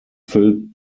filled